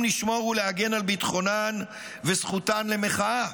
לשמור ולהגן על ביטחונן וזכותן למחאה,